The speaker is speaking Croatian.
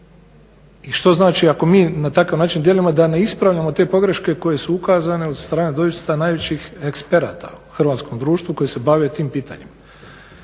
I što znači ako mi na takav način djelujemo da ne ispravljamo te pogreške koje su ukazane od strane doista najvećih eksperata u hrvatskom društvu koji se bave tim pitanjima